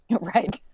Right